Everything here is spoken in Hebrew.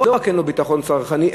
לא רק שאין לו ביטחון צרכני,